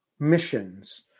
Missions